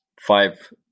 five